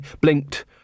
blinked